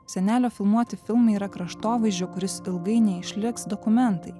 senelio filmuoti filmai yra kraštovaizdžio kuris ilgai neišliks dokumentai